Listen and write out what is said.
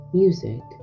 music